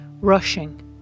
Rushing